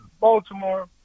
Baltimore